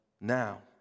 now